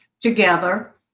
together